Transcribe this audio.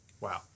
Wow